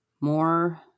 more